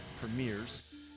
premieres